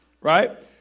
Right